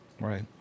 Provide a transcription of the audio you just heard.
Right